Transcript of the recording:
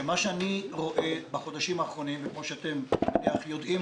שמה שאני רואה בחודשים האחרונים וכפי שאתם יודעים,